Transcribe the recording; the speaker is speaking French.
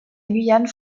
guyane